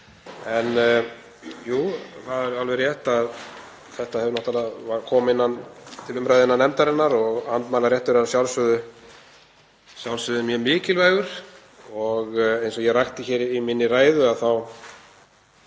Jú, það er alveg rétt, þetta hefur náttúrlega komið til umræðu innan nefndarinnar og andmælaréttur er að sjálfsögðu mjög mikilvægur. Eins og ég rakti í minni ræðu og